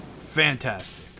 Fantastic